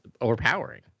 overpowering